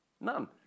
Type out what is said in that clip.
None